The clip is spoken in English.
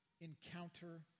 encounter